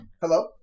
Hello